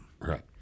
Right